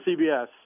CBS